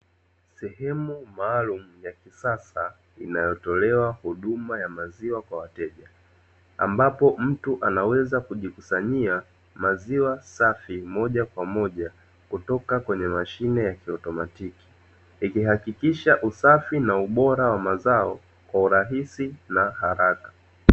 Sehemu maalumu ya kisasa inayotolewa huduma ya maziwa kwa wateja, ambapo mtu anaweza kujikusanyia maziwa safi moja kwa moja kutoka kwenye mashine ya kiutomatiki, ikihakikisha usafi na ubora wa mazao kwa urahisi na haraka.